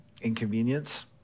inconvenience